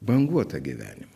banguotą gyvenimą